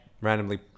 randomly